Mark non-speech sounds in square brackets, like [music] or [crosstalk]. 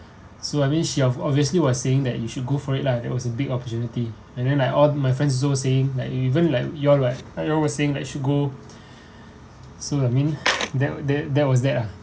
so I mean she of obviously was saying that you should go for it lah that was a big opportunity and then like all my friends also saying like even like your what like you all were saying like should go [breath] so that mean that that that was that ah